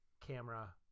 camera